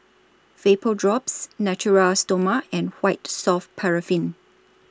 Vapodrops Natura Stoma and White Soft Paraffin